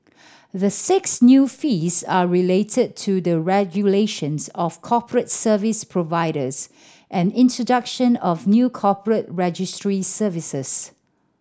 the six new fees are related to the regulations of corporate service providers and introduction of new corporate registry services